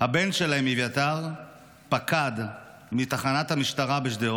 הבן שלהם אביתר פקד מתחנת המשטרה בשדרות,